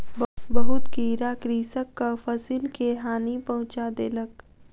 बहुत कीड़ा कृषकक फसिल के हानि पहुँचा देलक